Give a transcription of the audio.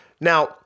Now